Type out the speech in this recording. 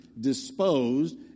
disposed